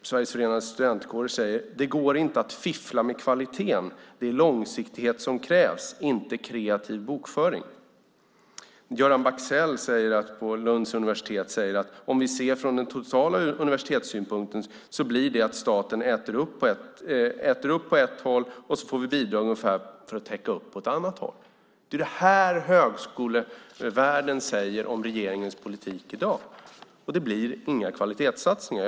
Sveriges förenade studentkårer säger: Det går inte att fiffla med kvaliteten. Det är långsiktighet som krävs, inte kreativ bokföring. Göran Bexell på Lunds universitet säger: Om vi ser från den totala universitetssynpunkten blir det att staten äter upp på ett håll, och så får vi bidrag för att täcka upp på ett annat håll. Det är det här högskolevärlden säger om regeringens politik i dag. Det blir inga kvalitetssatsningar.